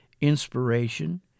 inspiration